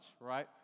right